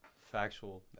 factual